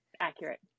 accurate